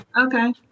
Okay